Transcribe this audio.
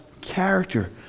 character